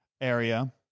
area